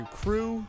crew